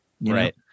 right